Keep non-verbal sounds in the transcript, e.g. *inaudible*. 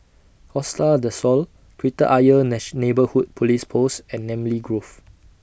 Costa Del Sol Kreta Ayer *unintelligible* Neighbourhood Police Post and Namly Grove